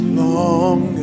long